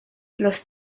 los